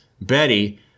Betty